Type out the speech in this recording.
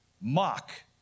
mock